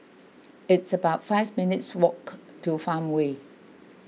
it's about five minutes' walk to Farmway